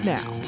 Now